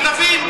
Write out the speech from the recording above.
ציבורי לכלבים.